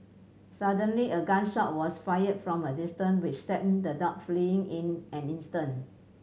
suddenly a gun shot was fired from a distance which sent the dog fleeing in an instant